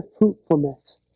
fruitfulness